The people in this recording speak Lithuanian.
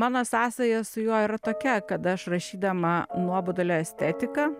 mano sąsaja su juo yra tokia kad aš rašydama nuobodulio estetiką